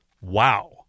wow